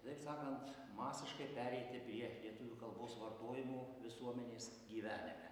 kitaip sakant masiškai pereiti prie lietuvių kalbos vartojimo visuomenės gyvenime